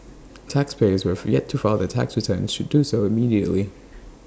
taxpayers who have yet to file their tax returns should do so immediately